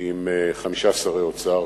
עם חמישה שרי אוצר,